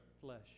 flesh